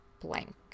blank